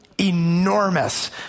Enormous